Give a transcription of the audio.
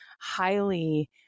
highly